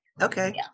Okay